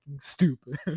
stupid